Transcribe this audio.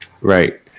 Right